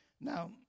Now